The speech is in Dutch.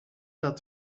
dat